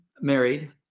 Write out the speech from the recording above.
married